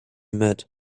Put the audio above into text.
met